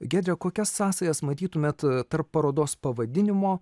giedre kokias sąsajas matytumėt tarp parodos pavadinimo